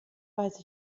weiß